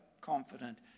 confident